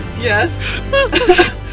Yes